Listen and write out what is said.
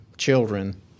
children